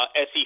SEC